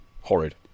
horrid